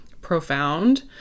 profound